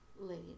Lady